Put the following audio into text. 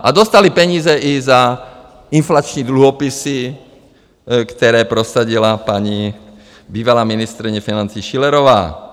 A dostali peníze i za inflační dluhopisy, které prosadila bývalá ministryně financí paní Schillerová.